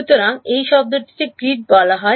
সুতরাং এই শব্দটিকে গ্রিড বলা হয়